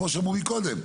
כמו שאמרו מקודם.